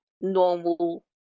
normal